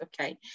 okay